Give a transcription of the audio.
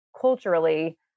culturally